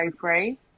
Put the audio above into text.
free